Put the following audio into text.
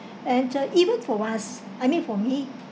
and uh even for us I mean for me